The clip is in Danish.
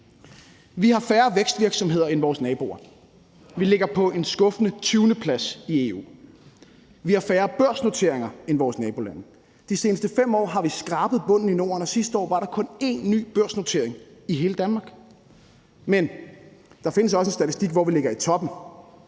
Vi har færre vækstvirksomheder end vores naboer, vi ligger på en skuffende 20. plads i EU, og vi har færre børsnoteringer end vores nabolande. De seneste 5 år har vi skrabet bunden i Norden, og sidste år var der kun én ny børsnotering i hele Danmark. Men der findes også en statistik, hvor vi ligger i toppen,